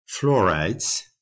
Fluorides